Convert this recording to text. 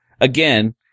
again